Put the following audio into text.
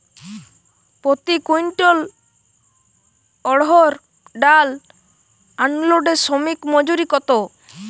প্রতি কুইন্টল অড়হর ডাল আনলোডে শ্রমিক মজুরি কত?